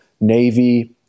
Navy